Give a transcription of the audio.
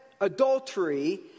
adultery